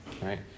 right